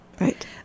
Right